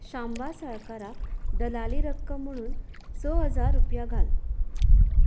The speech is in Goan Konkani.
शांबा साळकाराक दलाली रक्कम म्हणून स हजार रुपया घाल